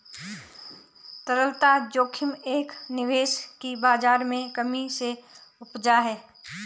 तरलता जोखिम एक निवेश की बाज़ार में कमी से उपजा है